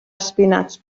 espinacs